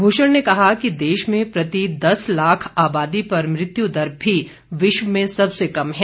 भूषण ने कहा कि देश में प्रति दस लाख आबादी पर मृत्यु दर भी विश्व में सबसे कम है